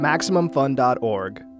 MaximumFun.org